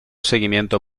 seguimiento